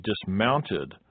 dismounted